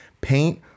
paint